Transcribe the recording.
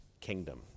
kingdom